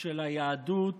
של היהדות